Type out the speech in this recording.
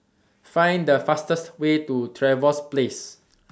Find The fastest Way to Trevose Place